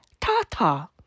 ta-ta